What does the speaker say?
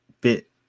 bit